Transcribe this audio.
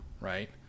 right